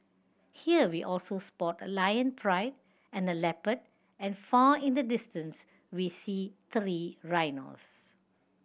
here we also spot a lion pride and a leopard and far in the distance we see three rhinos